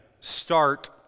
start